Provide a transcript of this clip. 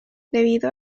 debido